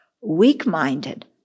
Weak-minded